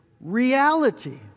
reality